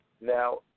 Now